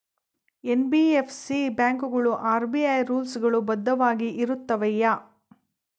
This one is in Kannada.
ಎನ್.ಬಿ.ಎಫ್.ಸಿ ಬ್ಯಾಂಕುಗಳು ಆರ್.ಬಿ.ಐ ರೂಲ್ಸ್ ಗಳು ಬದ್ಧವಾಗಿ ಇರುತ್ತವೆಯ?